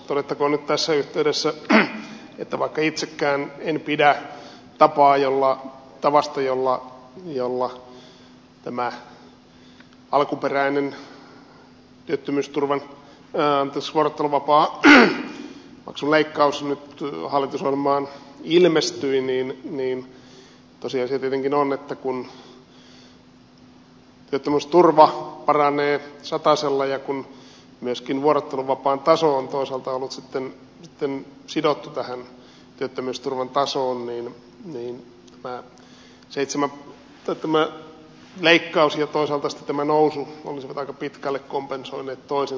todettakoon nyt tässä yhteydessä että vaikka itsekään en pidä tavasta jolla tämä alkuperäinen vuorotteluvapaamaksun leikkaus nyt hallitusohjelmaan ilmestyi niin tosiasia tietenkin on että kun työttömyysturva paranee satasella ja kun myöskin vuorotteluvapaan taso on toisaalta ollut sitten sidottu tähän työttömyysturvan tasoon niin tämä leikkaus ja toisaalta sitten tämä nousu olisivat aika pitkälle kompensoineet toisensa